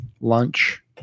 lunch